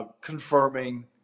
Confirming